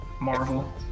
Marvel